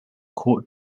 court